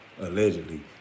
allegedly